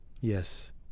Yes